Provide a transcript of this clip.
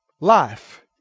life